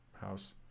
house